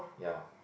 ya